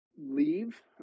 leave